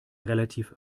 relativ